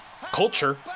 culture